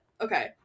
okay